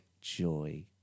joy